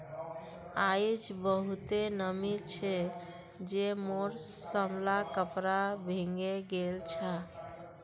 आइज बहुते नमी छै जे मोर सबला कपड़ा भींगे गेल छ